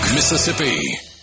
Mississippi